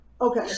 Okay